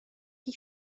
chi